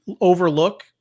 overlook